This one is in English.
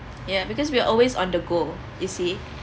ya because we are always on the go you see